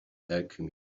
alchemy